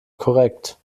korrekt